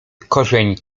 korzeń